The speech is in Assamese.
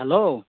হেল্ল'